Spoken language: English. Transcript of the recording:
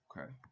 okay